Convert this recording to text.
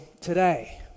today